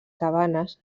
cabanes